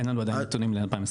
אין לנו עדיין נתונים ל-2022.